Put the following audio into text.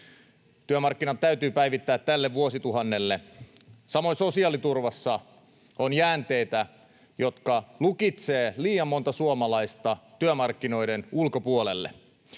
Työmarkkinat täytyy päivittää tälle vuosituhannelle. Samoin sosiaaliturvassa on jäänteitä, jotka lukitsevat liian monta suomalaista työmarkkinoiden ulkopuolelle.